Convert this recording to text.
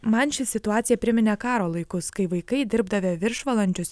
man ši situacija priminė karo laikus kai vaikai dirbdavę viršvalandžius